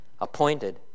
appointed